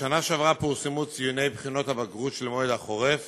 בשנה שעברה פורסמו ציוני בחינות הבגרות של מועד החורף